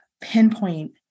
pinpoint